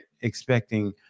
expecting